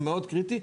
זה מאוד קריטי.